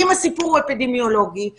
אם הסיפור הוא אפידמיולוגי,